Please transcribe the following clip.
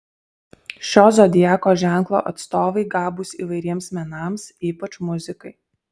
šio zodiako ženklo atstovai gabūs įvairiems menams ypač muzikai